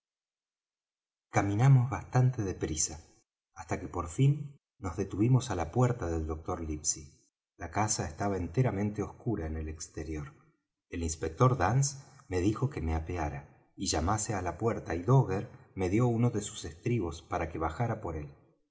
caminamos bastante de prisa hasta que por fin nos detuvimos á la puerta del doctor livesey la casa estaba enteramente oscura en el exterior el inspector dance me dijo que me apeara y llamase á la puerta y dogger me dió uno de sus estribos para que bajara por él